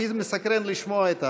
אותי מסקרן לשמוע את האנשים.